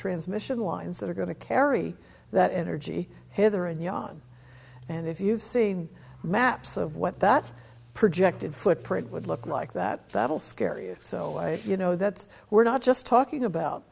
transmission lines that are going to carry that energy hither and yon and if you've seen maps of what that projected footprint would look like that that'll scare you so you know that's we're not just talking about